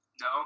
no